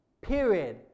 Period